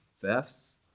thefts